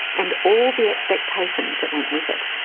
and all the expectations that went with it.